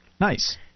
Nice